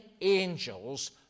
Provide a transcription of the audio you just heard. angels